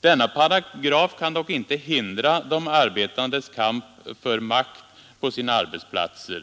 Denna paragraf kan dock inte hindra de arbetandes kamp för makt på sina arbetsplatser.